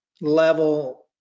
level